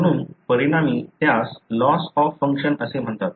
म्हणून परिणामी त्यास लॉस ऑफ फंक्शन असे म्हणतात